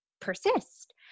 persist